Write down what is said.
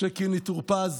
משה קינלי טור פז,